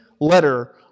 letter